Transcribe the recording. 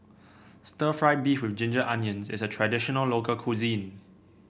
stir fry beef with Ginger Onions is a traditional local cuisine